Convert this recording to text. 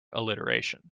alliteration